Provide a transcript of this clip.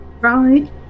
Right